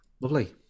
lovely